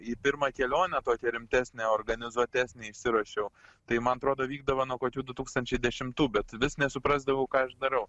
į pirmą kelionę tokią rimtesnę organizuotesnę išsiruošiau tai man atrodo vykdavo nuo kokių du tūkstančiai dešimtų bet vis nesuprasdavau ką aš darau